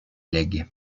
legs